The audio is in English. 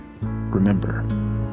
remember